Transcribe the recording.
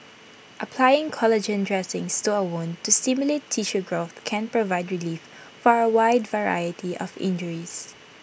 applying collagen dressings to A wound to stimulate tissue growth can provide relief for A wide variety of injuries